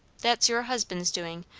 that's your husband's doing.